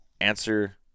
answer